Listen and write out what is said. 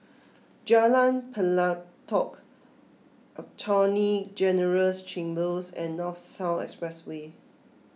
Jalan Pelatok Attorney General's Chambers and North South Expressway